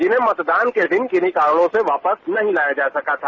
जिन्हें मतदान के दिन किन्ही कारणों से वापस नहीं जाया जा सका था